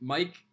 Mike